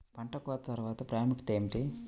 పంట కోత తర్వాత ప్రాముఖ్యత ఏమిటీ?